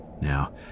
Now